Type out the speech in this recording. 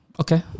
Okay